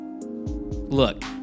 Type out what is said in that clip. Look